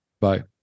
Bye